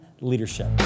leadership